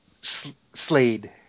Slade